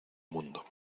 mundo